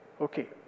Okay